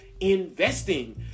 investing